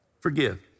forgive